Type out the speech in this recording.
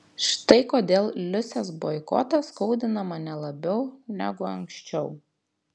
štai kodėl liusės boikotas skaudina mane labiau negu anksčiau